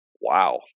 wow